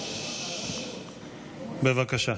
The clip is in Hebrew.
בבקשה.